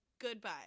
goodbye